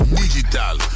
digital